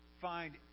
find